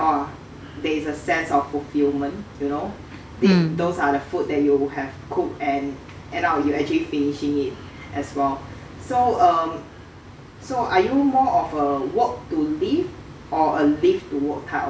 there is a sense of fulfillment you know tha~ those are the food that you have cooked and end up you actually finishing it as well so um so are you more of a work to live or a live to work type of person